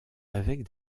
avec